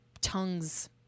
tongues